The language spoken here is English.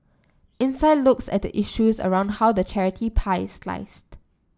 insight looks at the issues around how the charity pie is sliced